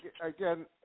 again